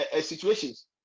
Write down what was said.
situations